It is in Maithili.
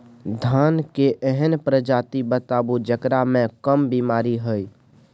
धान के एहन प्रजाति बताबू जेकरा मे कम बीमारी हैय?